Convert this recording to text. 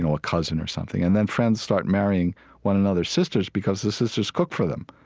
and a cousin or something and then friends start marrying one another's sisters because this is just cook for them,